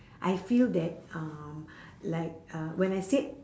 I feel that um like uh when I said